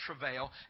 travail